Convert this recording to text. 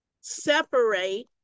separate